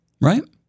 Right